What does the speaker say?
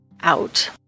out